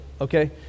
okay